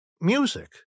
music